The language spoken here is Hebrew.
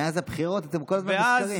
מאז הבחירות אתם כל הזמן בסקרים.